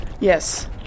Yes